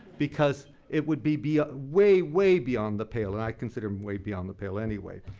because it would be be ah way, way beyond the pale, and i consider him way beyond the pale anyway.